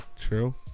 True